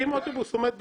אם אוטובוס עומד בפקק,